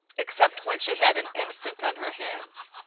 except when she had an infant on her hands.